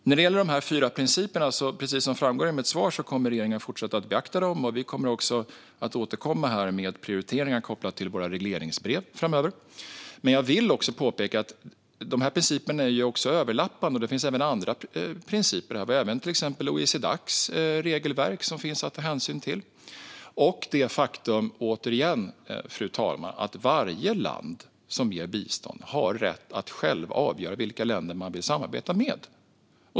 När det gäller de fyra principerna kommer regeringen, precis som framgår i mitt svar, att fortsätta beakta dem, och vi kommer också att återkomma med prioriteringarna kopplade till våra regleringsbrev framöver. Men jag vill också påpeka att dessa principer är överlappande, och det finns även andra principer, till exempel OECD-Dacs regelverk, att ta hänsyn till. Det finns även, fru talman, återigen det faktum att varje land som ger bistånd har rätt att själv avgöra vilka länder man vill samarbeta med.